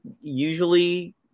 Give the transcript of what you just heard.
usually